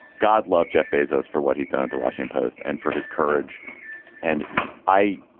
god love jeff bezos for what he's done at the washington post and for his courage and i.